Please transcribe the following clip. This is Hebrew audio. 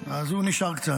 אז הוא נשאר קצת.